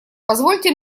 позвольте